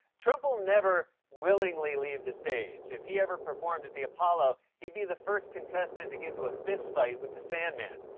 trump will never willingly leave the stage. if he ever performed at the apollo, he'd be the first contestant to get into a fistfight with the sandman.